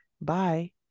Bye